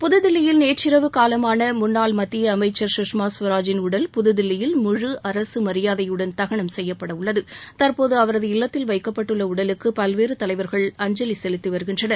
புதுதில்லியில் நேற்றிரவு காலமான முன்னாள் மத்திய அமைச்சர் சுஷ்மா ஸ்வராஜின் உடல் புதுதில்லியில் முழு அரசு மரியாதையுடன் தகனம் செய்யப்பட உள்ளது தற்போது அவரது இல்லத்தில் வைக்கப்பட்டுள்ள உடலுக்கு பல்வேறு தலைவர்கள் அஞ்சலி செலுத்தி வருகின்றனர்